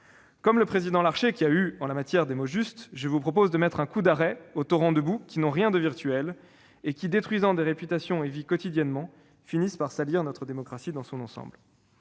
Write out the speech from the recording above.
Comme le président Larcher, qui a eu, en l'espèce, des mots justes, je vous propose de mettre un coup d'arrêt à ces « torrents de boue » qui n'ont rien de virtuel et qui, détruisant quotidiennement des réputations et des vies, finissent par salir notre démocratie dans son ensemble.